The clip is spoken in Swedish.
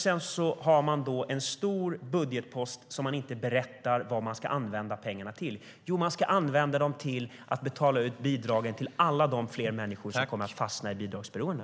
Sedan har man en stor budgetpost som man inte berättar vad den ska användas till. Jo, de pengarna ska användas till att betala ut bidragen till alla de människor som kommer att fasta i bidragsberoende.